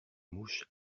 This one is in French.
mouche